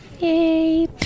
Yay